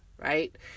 right